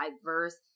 diverse